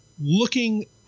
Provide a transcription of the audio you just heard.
looking